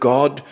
God